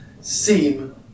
seem